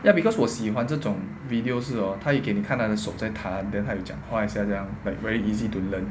ya because 我喜欢这种 video 是哦他有给你看他的手在弹 then 他有讲话还是他这样 like very easy to learn